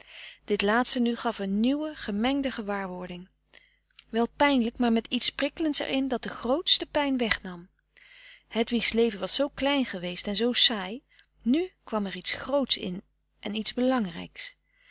dit laatste nu gaf een nieuwe gemengde gewaarwording wel pijnlijk maar met iets prikkelends er in dat de grootste pijn wegnam hedwigs leven was zoo klein geweest en zoo saai nu kwam er iets groots in en iets belangrijks